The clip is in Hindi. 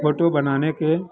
फोटू बनाने के